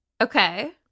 Okay